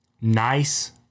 nice